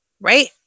right